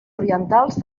orientals